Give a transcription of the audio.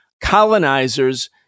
colonizers